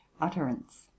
utterance